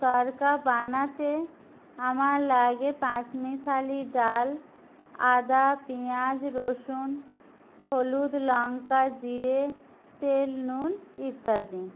তরকা বানাতে আমার লাগে পাঁচমিশালি ডাল আদা পেঁয়াজ রসুন হলুদ লঙ্কা জিরে তেল নুন ইত্যাদি